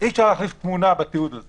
אי אפשר להחליף תמונה בתיעוד הזה